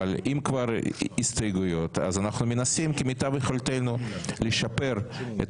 אבל אם כבר הסתייגויות אז אנחנו מנסים כמיטב יכולתנו לשפר את